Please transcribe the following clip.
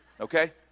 okay